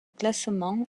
classements